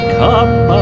come